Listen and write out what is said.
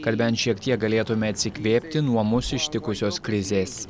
kad bent šiek tiek galėtumėme atsikvėpti nuo mus ištikusios krizės